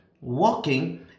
walking